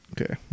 Okay